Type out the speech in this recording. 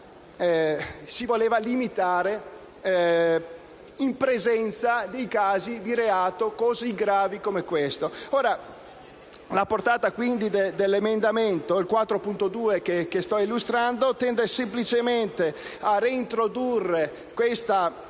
si voleva limitare in presenza di casi di reato così gravi come questo. La portata dell'emendamento 4.2, che sto illustrando, tende semplicemente a reintrodurre questa